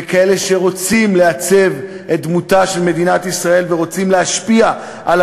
וכאלה שרוצים לעצב את דמותה של מדינת ישראל ורוצים להשפיע על